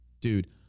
dude